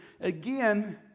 Again